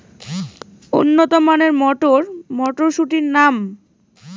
উন্নত মানের মটর মটরশুটির নাম?